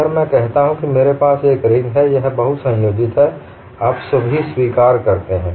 अब मैं कहता हूं कि मेरे पास एक रिंग है यह बहुसंयोजित है आप सभी स्वीकार करते हैं